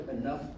enough